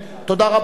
תודה רבה.